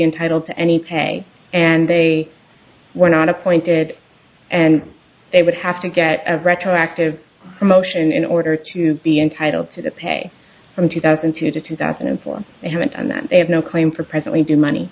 entitled to any pay and they were not appointed and they would have to get a retroactive motion in order to be entitled to the pay from two thousand and two to two thousand and four they haven't and that they have no claim for presently due money